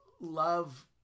love